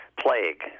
plague